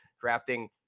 drafting